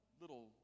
little